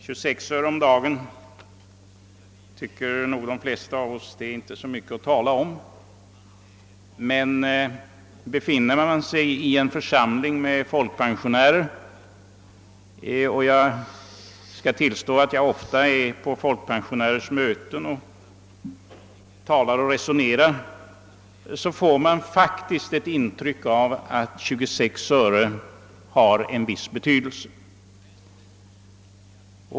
26 öre om dagen, tycker nog de flesta av oss, är inte så mycket att tala om. Men befinner man sig i en församling med folkpensionärer — och jag skall tillstå att jag ofta deltar i folkpensionärernas möten och talar och resonerar med dem — får man faktiskt ett intryck av att 26 öre har en viss betydelse.